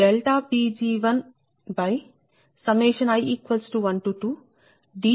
16575